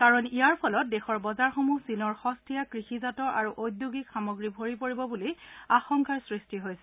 কাৰণ ইয়াৰ ফলত দেশৰ বজাৰসমূহ চীনৰ সন্তীয়া কৃষিজাত আৰু উদ্যোগিক সামগ্ৰী ভৰি পৰিব বুলি আশংকাৰ সৃষ্টি হৈছে